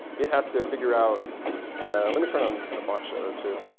it has to figure out let me turn on a box shadow, too,